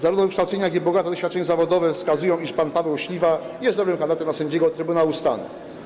Zarówno wykształcenie, jak i bogate doświadczenie zawodowe wskazują, iż pan Paweł Śliwa jest dobrym kandydatem na sędziego Trybunału Stanu.